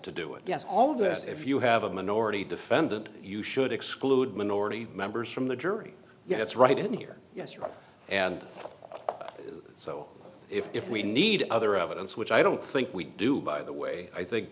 to do it yes all of this if you have a minority defendant you should exclude minority members from the jury yet it's right in here and so if we need other evidence which i don't think we do by the way i think